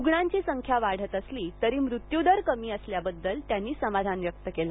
रुग्णांची संख्या वाढत असली तरी मृत्यूदर कमी असल्याबद्दल त्यांनी समाधान व्यक्त केले